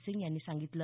सिंग यांनी सांगितलं